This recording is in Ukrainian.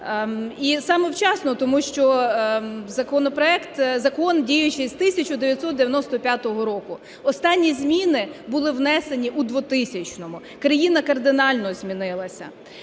І саме вчасно, тому що закон діючий з 1995 року, останні зміни були внесені у 2000-му. Країна кардинально змінилася.